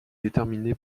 déterminé